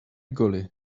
golly